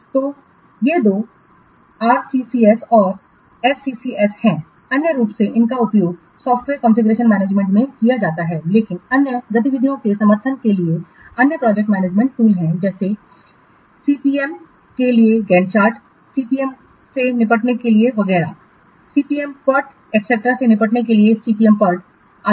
तो ये दो आरसीसीएस और एससीसीएस हैं स्पष्ट रूप से उनका उपयोग सॉफ्टवेयर कॉन्फ़िगरेशन मैनेजमेंट के लिए किया जाता है लेकिन अन्य गतिविधियों के समर्थन के लिए अन्य प्रोजेक्ट मैनेजमेंट टूल हैं जैसे सीपीएम के लिए गैंट चार्ट सीपीएम से निपटने के लिए वगैरह सीपीएम PERTetcetera से निपटने के लिए CPM PERT आदि